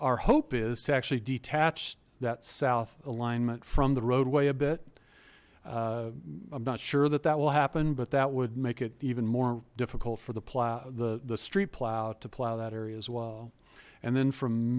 our hope is to actually detach that south alignment from the roadway a bit i'm not sure that that will happen but that would make it even more difficult for the plow the the street plow to plow that area as well and then from